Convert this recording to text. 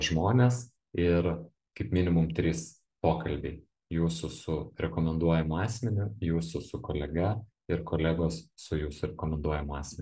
žmonės ir kaip minimum trys pokalbiai jūsų su rekomenduojamu asmeniu jūsų su kolega ir kolegos su jūsų rekomenduojamu asmeniu